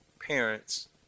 parents